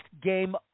game